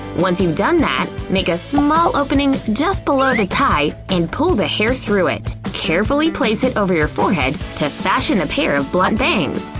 once you've done that, make a small opening just below the tie and pull the hair through it. carefully place it over your forehead to fashion a pair of blunt bangs.